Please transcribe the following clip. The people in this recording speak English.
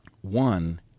One